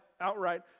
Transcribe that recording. outright